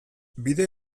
bide